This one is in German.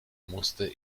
musste